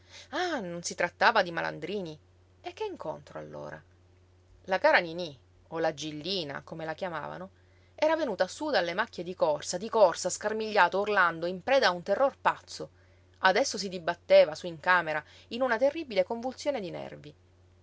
ah non si trattava di malandrini e che incontro allora la cara niní o la gillina come la chiamavano era venuta sú dalle macchie di corsa di corsa scarmigliata urlando in preda a un terror pazzo adesso si dibatteva sú in camera in una terribile convulsione di nervi